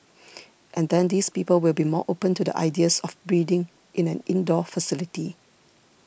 and then these people will be more open to the ideas of breeding in an indoor facility